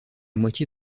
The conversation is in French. moitié